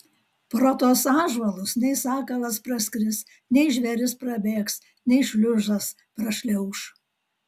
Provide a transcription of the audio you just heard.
pro tuos ąžuolus nei sakalas praskris nei žvėris prabėgs nei šliužas prašliauš